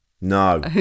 No